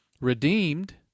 redeemed